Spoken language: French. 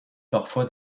parfois